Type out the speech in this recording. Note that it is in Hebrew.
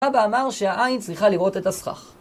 אבא אמר שהעין צריכה לראות את הסכך.